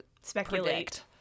Speculate